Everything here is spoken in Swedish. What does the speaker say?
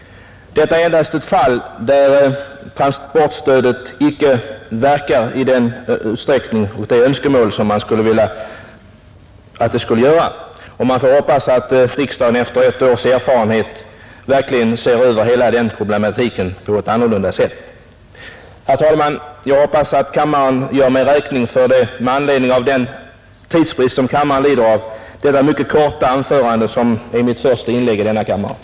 Detta är endast ett fall där transportstödet icke verkar på det sätt som man skulle vilja önska, och man får hoppas att riksdagen efter ett års erfarenhet verkligen ser över hela problematiken på ett annorlunda sätt. Herr talman! Jag hoppas att kammaren med anledning av rådande tidsbrist håller mig räkning för detta mycket korta anförande som är mitt första inlägg i denna kammare.